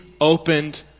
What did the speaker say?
opened